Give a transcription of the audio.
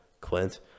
Clint